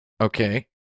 okay